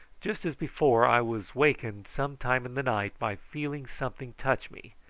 just as before i was wakened some time in the night by feeling something touch me,